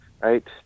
right